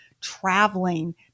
traveling